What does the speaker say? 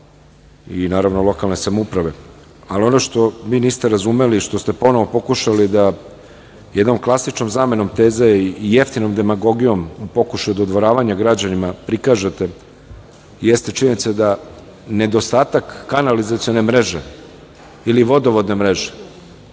i, naravno, lokalne samouprave. Ono što vi niste razumeli i što ste ponovo pokušali da jednom klasičnom zamenom teza i jeftinom demagogijom u pokušaju dodvoravanja građanima prikažete jeste činjenica da nedostatak kanalizacione mreže ili vodovodne mreže